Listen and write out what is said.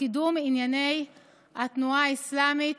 קידום ענייני הפלג הצפוני של התנועה האסלאמית,